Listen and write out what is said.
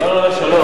דיברנו על השלום.